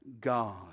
God